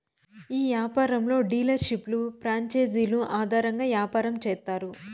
ఈ యాపారంలో డీలర్షిప్లు ప్రాంచేజీలు ఆధారంగా యాపారం చేత్తారు